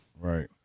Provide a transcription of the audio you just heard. right